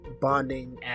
bonding